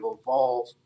evolve